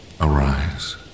Arise